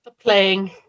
Playing